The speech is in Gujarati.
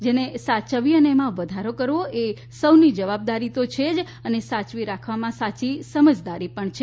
જેને સાચવવી અને એમાં વધારો કરવો એ સૌની જવાબદારી તો છે જ અને સાચવી રાખવામા સાચી સમજદારી પણ છે